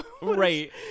right